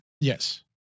Yes